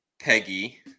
Peggy